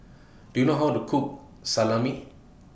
Do YOU know How to Cook Salami